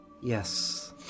Yes